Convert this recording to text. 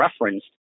referenced